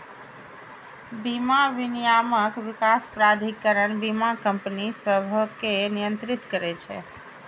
बीमा विनियामक विकास प्राधिकरण बीमा कंपनी सभकें नियंत्रित करै छै